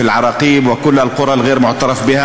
באל-עראקיב ובכל הכפרים הלא-מוכרים.)